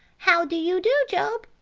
how do you do, job?